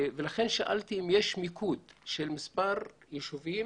ולכן שאלתי אם יש מיקוד של מספר ישובים